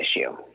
issue